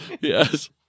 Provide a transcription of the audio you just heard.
Yes